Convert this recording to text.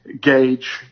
gauge